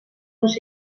els